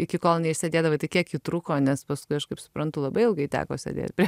iki kol neišsėdėdavai tai kiek ji truko nes paskui aš kaip suprantu labai ilgai teko sėdėt prie